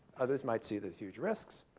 others might see it as huge risks.